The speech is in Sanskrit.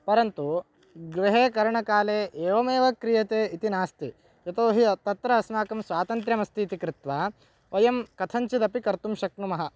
परन्तु गृहे करणकाले एवमेव क्रियते इति नास्ति यतोहि तत्र अस्माकं स्वातन्त्र्यमस्ति इति कृत्वा वयं कथञ्चिदपि कर्तुं शक्नुमः